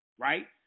Right